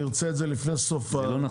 זה לא נכון.